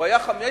הוא היה 5.15%,